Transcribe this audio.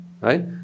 right